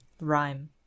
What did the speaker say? rhyme